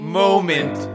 MOMENT